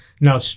now